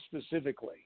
specifically